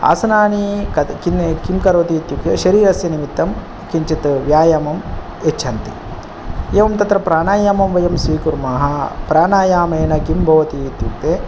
आसनानि कत् किन् किं करोति इत्युक्ते शरीरस्य निमित्तं किञ्चित् व्यायामं यच्छन्ति एवं तत्र प्राणायामं वयं स्वीकुर्मः प्राणायामेन किं भवति इत्युक्ते